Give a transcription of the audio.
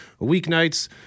weeknights